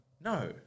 No